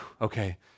okay